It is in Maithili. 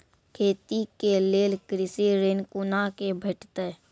खेती के लेल कृषि ऋण कुना के भेंटते?